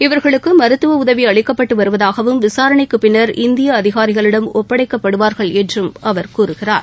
இவர்களுக்கு மருத்துவ உதவி அளிக்கப்பட்டு வருவதாகவும் விசாரணைக்குப் பின்னர் இந்திய அதிகாரிகளிடம் ஒப்படைக்கப்படுவார்கள் என்றும் அவர் கூறுகிறார்